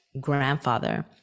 grandfather